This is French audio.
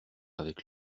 avec